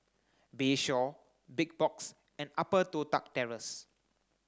Bayshore Big Box and Upper Toh Tuck Terrace